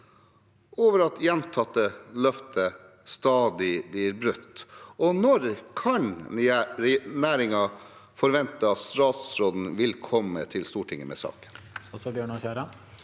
over at gjentatte løfter stadig blir brutt? Når kan næringen forvente at statsråden vil komme til Stortinget med saken?